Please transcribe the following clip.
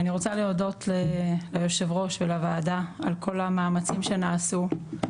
אני רוצה להודות ליושב הראש ולוועדה על כל המאמצים שנעשו,